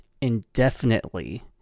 indefinitely